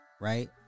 right